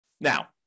Now